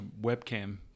webcam